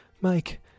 Mike